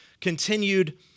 continued